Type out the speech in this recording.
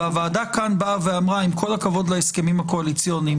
והוועדה כאן באה ואמרה: עם כל הכבוד להסכמים הקואליציוניים,